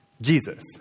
Jesus